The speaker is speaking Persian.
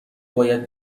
باید